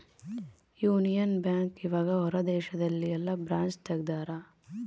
Union bank ಇವಗ ಹೊರ ದೇಶದಲ್ಲಿ ಯೆಲ್ಲ ಬ್ರಾಂಚ್ ತೆಗ್ದಾರ